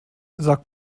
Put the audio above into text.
sag